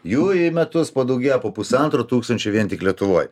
jų į metus padaugėja po pusantro tūkstančio vien tik lietuvoje